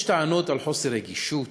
יש טענות על חוסר רגישות,